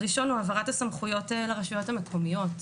הראשון הוא העברת הסמכויות לרשויות המקומיות,